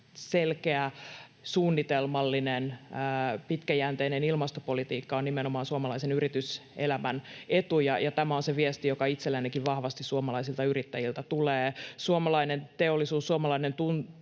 selkeä, suunnitelmallinen, pitkäjänteinen ilmastopolitiikka on nimenomaan suomalaisen yrityselämän etu, ja tämä on se viesti, joka itsellenikin vahvasti suomalaisilta yrittäjiltä tulee. Suomalainen teollisuus, suomalainen tuotanto,